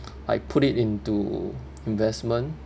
like put it into investment